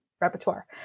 repertoire